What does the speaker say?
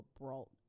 brought